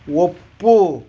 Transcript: ಒಪ್ಪು